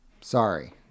Sorry